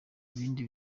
ibindi